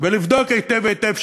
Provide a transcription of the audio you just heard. ולבדוק היטב היטב,